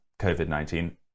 COVID-19